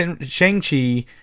Shang-Chi